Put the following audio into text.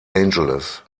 angeles